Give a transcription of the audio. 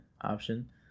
option